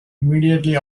immediately